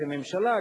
כממשלה,